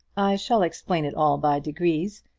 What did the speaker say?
shall explain it all by degrees.